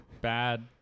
Bad